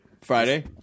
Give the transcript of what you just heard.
Friday